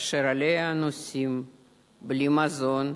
כאשר עליה נוסעים בלי מזון,